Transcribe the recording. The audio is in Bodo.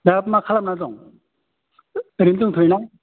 दा मा खालामना दं ओरैनो दंथ'योना